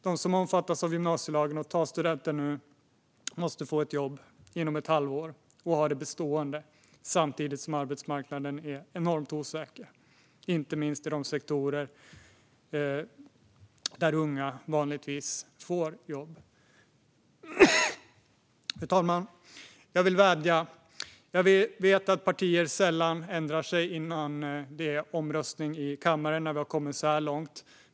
De som omfattas av gymnasielagen och tar studenten nu måste få ett jobb inom ett halvår och ha det bestående samtidigt som arbetsmarknaden är enormt osäker, inte minst i de sektorer där unga vanligtvis får jobb. Fru talman! Jag vill vädja. Jag vet att partier sällan ändrar sig inför omröstningen i kammaren när vi har kommit så här långt.